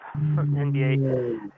NBA